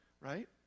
right